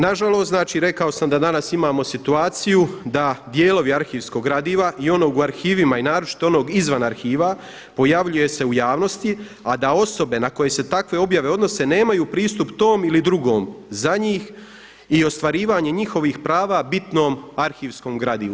Nažalost rekao sam da danas imamo situaciju da dijelovi arhivskog gradiva i onog u arhivima i naročito onog izvan arhiva pojavljuje se u javnosti, a da osobe na koje se takve objave odnose nemaju pristup tom ili drugom za njih i ostvarivanje njihovih prava bitnom arhivskom gradivu.